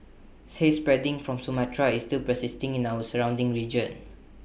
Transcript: haze spreading from Sumatra is still persisting in our surrounding region